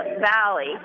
valley